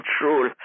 control